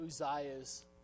Uzziah's